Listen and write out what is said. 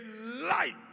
light